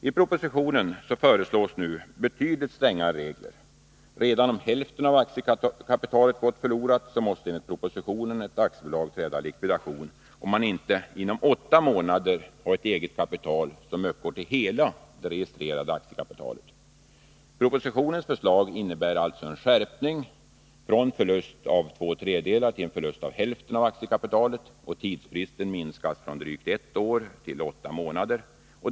I propositionen föreslås nu betydligt strängare regler. Redan om hälften av aktiekapitalet gått förlorat måste enligt propositionen ett aktiebolag träda i likvidation, om man inte inom åtta månader har ett eget kapital som uppgår till hela det registrerade aktiekapitalet. Propositionens förslag innebär alltså en skärpning av bestämemlserna — från att ha gällt förlust av två tredjedelar av aktiekapitalet till att gälla en förlust av endast hälften av aktiekapitalet — och tidsfristen minskas från drygt ett år till åtta månader.